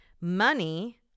Money